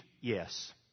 Yes